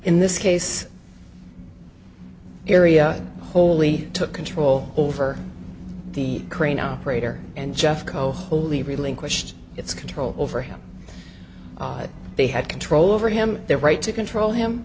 in this case area holi took control over the crane operator and jeffco holy relinquished its control over him they had control over him their right to control him